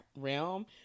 realm